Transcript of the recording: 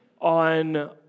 on